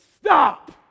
stop